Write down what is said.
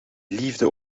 liefde